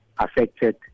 affected